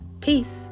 Peace